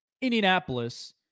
Indianapolis